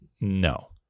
No